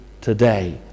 today